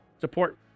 support